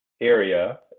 area